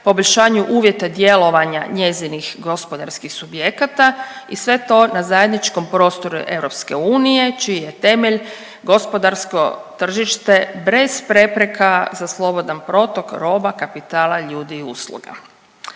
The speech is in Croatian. poboljšanju uvjeta djelovanja njezinih gospodarskih subjekata i sve to na zajedničkom prostoru EU čiji je temelj gospodarsko tržište bez prepreka za slobodan protok roba, kapitala, ljudi i usluga.